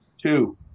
two